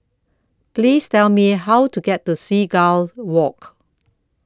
Please Tell Me How to get to Seagull Walk